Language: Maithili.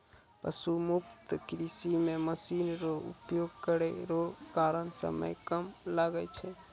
पशु मुक्त कृषि मे मशीन रो उपयोग करै रो कारण समय कम लागै छै